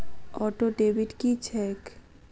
Auto debit की छैक?